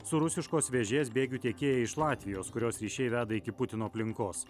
su rusiškos vėžės bėgių tiekėja iš latvijos kurios ryšiai veda iki putino aplinkos